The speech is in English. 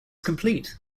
complete